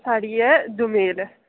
साढ़ी ऐ दोमेल